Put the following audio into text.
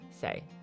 say